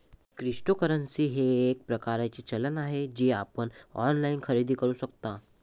cryptocurrency हे एक प्रकारचे चलन आहे जे आपण ऑनलाइन खरेदी करू शकता